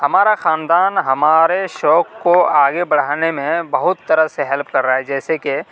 ہمارا خاندان ہمارے شوق کو آگے بڑھانے میں بہت طرح سے ہیلپ کر رہا ہے جیسے کہ